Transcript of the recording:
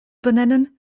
benennen